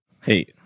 Hey